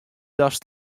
datst